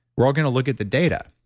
we're all going to look at the data.